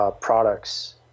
products